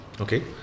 Okay